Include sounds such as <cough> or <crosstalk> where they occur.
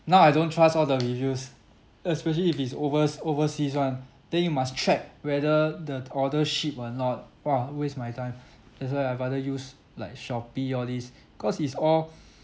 now I don't trust all the reviews especially if it's overs~ overseas [one] then you must check whether the t~ order ship or not !wah! waste my time that's why I'd rather use like Shopee all this cause it's all <breath>